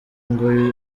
ngo